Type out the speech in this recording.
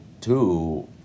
two